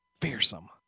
Fearsome